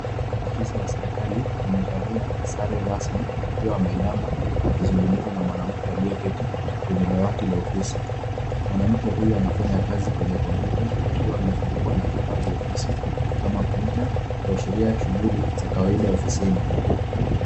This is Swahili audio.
Afisa wa serikali amevalia sare rasmi akiwa ameinama akizungumza na mwanamke aliyeketi kwenye dawati la ofisi. Mwanamke huyo anafanya kazi kwenye kompyuta akiwa amezungukwa na vifaa vya ofisi kama printa kuashiria shughuli ya kawaida ofisini.